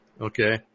okay